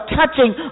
touching